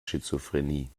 schizophrenie